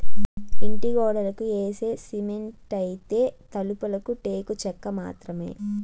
ఇంటి గోడలకి యేసే సిమెంటైతే, తలుపులకి టేకు చెక్క మాత్రమే